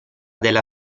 della